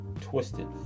Twisted